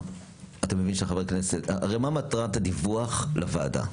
מה מטרת הדיווח לוועדה?